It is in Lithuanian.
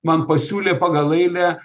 man pasiūlė pagal eilę